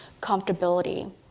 comfortability